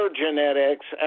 genetics